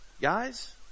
guys